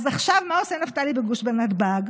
אז עכשיו, מה עושה נפתלי בגוש נתב"ג?